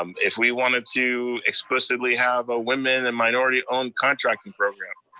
um if we wanted to explicitly have a women and minority owned contracting program,